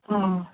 हा